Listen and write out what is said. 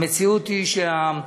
המציאות היא, משה,